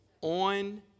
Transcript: On